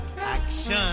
action